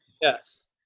Yes